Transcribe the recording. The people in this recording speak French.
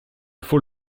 faut